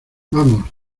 vamos